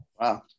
Wow